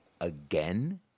again